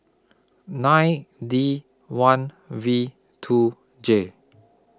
nine D one V two J